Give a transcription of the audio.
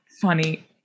funny